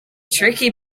tricky